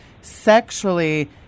sexually